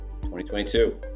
2022